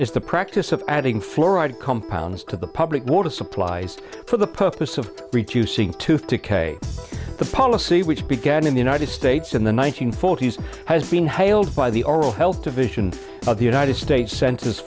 is the practice of adding fluoride compounds to the public water supplies for the purpose of reducing tooth decay the policy which began in the united states in the one nine hundred forty s has been hailed by the oral health division of the united states centers